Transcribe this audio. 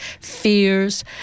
fears